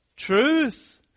truth